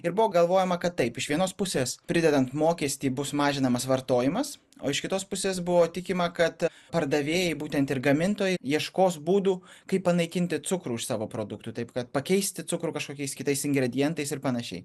ir buvo galvojama kad taip iš vienos pusės pridedant mokestį bus mažinamas vartojimas o iš kitos pusės buvo tikima kad pardavėjai būtent ir gamintojai ieškos būdų kaip panaikinti cukrų iš savo produktų taip kad pakeisti cukrų kažkokiais kitais ingredientais ir panašiai